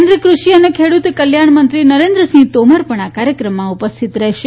કેન્દ્રિય કૃષિ અને ખેડૂત કલ્યાણ મંત્રી નરેન્દ્ર સિંહ તોમર પણ આ કાર્યક્રમમાં ઉપસ્થિત રહેશે